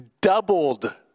doubled